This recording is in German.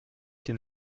den